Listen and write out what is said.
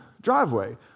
driveway